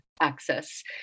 access